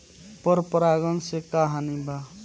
पर परागण से का हानि बा?